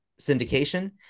syndication